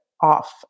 off